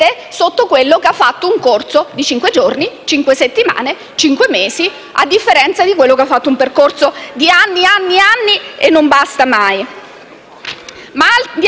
di quello che ha fatto un corso di cinque giorni, cinque settimane o cinque mesi, a differenza di chi ha fatto un percorso di anni e anni (e non bastano mai!).